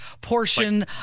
portion